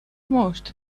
most